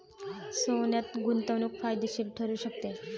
सोन्यात गुंतवणूक फायदेशीर ठरू शकते